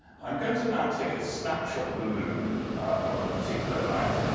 i'm going to now take a snapshot of the moon on a particular night,